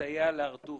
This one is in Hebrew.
לסייע להר-טוב.